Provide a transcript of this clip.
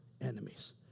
enemies